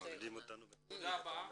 תודה רבה.